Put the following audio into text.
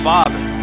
Father